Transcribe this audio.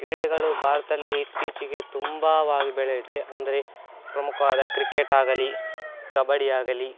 ಕ್ರೀಡೆಗಳು ಭಾರತಲ್ಲಿ ಇತ್ತೀಚಿಗೆ ತುಂಬವಾಗಿ ಬೆಳೆದಿದೆ ಅಂದರೆ ಪ್ರಮುಖವಾದ ಕ್ರಿಕೆಟ್ ಆಗಲಿ ಕಬಡ್ಡಿಯಾಗಲಿ